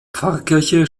pfarrkirche